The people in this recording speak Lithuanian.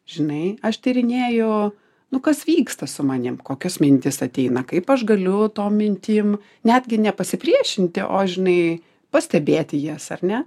žinai aš tyrinėju nu kas vyksta su manim kokios mintys ateina kaip aš galiu tom mintim netgi nepasipriešinti o žinai pastebėti jas ar ne